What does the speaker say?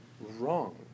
wrong